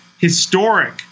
historic